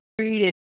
treated